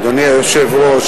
אדוני היושב-ראש,